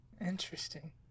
Interesting